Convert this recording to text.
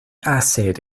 acid